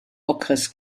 okres